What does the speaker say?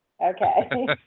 Okay